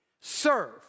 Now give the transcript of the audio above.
serve